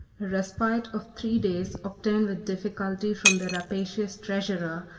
a respite of three days, obtained with difficulty from the rapacious treasurer,